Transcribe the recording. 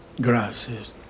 Gracias